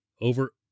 over